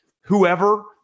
whoever